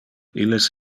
illes